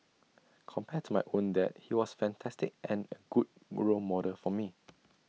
compared to my own dad he was fantastic and A good role model for me